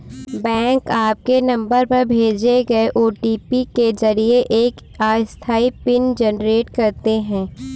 bank आपके number पर भेजे गए ओ.टी.पी के जरिए एक अस्थायी पिन जनरेट करते हैं